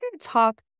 talk